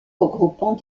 regroupant